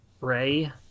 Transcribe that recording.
Ray